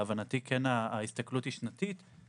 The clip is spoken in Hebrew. להבנתי ההסתכלות היא שנתית,